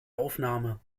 aufnahme